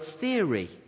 theory